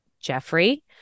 Jeffrey